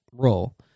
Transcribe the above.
role